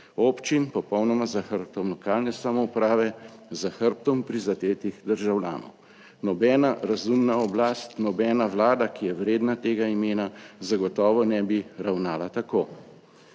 občin, popolnoma za hrbtom lokalne samouprave, za hrbtom prizadetih državljanov. Nobena razumna oblast, nobena Vlada, ki je vredna tega imena, zagotovo ne bi ravnala tako.